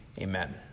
amen